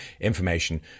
information